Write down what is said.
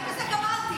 אני בזה גמרתי,